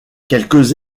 quelques